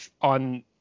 on